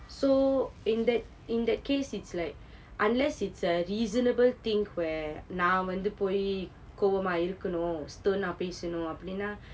so in that in that case it's like unless it's a reasonable thing where நான் வந்து போய் கோவமா இருக்கணும்:naan vanthu poi kovamaa irukkanum stern ah பேசணும் அப்படின்னா:pesanum appadinnaa